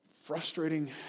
frustrating